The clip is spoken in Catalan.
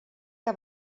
que